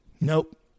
Nope